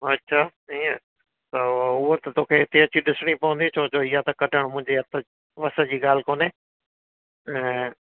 अच्छा हीअं त हूअ त तोखे हिते अची ॾिसणी पवंदी छो जो हीअ त कढणु मुंहिंजे हथ वस जी ॻाल्हि कोन्हे ऐं